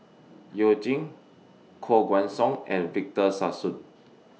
YOU Jin Koh Guan Song and Victor Sassoon